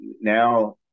now